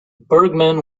bergman